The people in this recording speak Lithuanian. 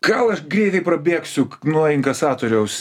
gal aš greitai prabėgsiu nuo inkasatoriaus